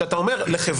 שאתה אומר לחברה,